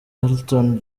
elton